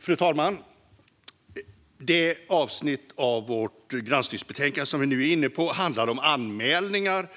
Fru talman! Det avsnitt av vårt granskningsbetänkande som vi nu är inne på handlar om anmälningar